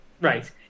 Right